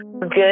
good